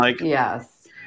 Yes